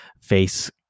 face